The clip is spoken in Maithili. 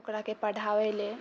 ओकराके पढ़ावै ले